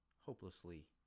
Hopelessly